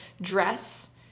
dress